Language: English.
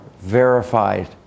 verified